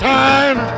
time